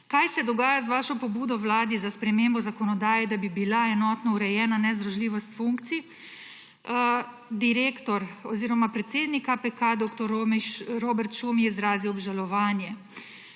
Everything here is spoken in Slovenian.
»kaj se dogaja z vašo pobudo vladi za spremembo zakonodaje, da bi bila enotno urejena nezdružljivost funkcij«, predsednik KPK dr. Robert Šumi izrazil obžalovanje,